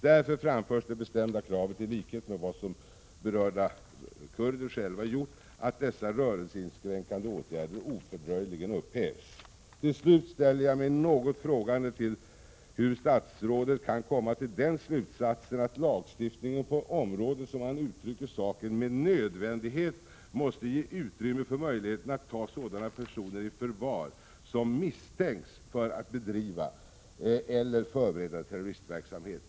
Därför framförs det bestämda kravet — i likhet med vad berörda kurder själva gjort — att dessa rörelseinskränkande åtgärder ofördröjligen upphävs. Till slut ställer jag mig något frågande till hur statsrådet kan komma till den slutsatsen att lagstiftningen på området — som han uttrycker saken — med nödvändighet måste ge utrymme för möjligheten att ta sådana personer i förvar som misstänks för att bedriva eller förbereda terroristverksamhet.